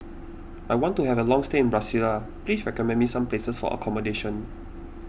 I want to have a long stay in Brasilia please recommend me some places for accommodation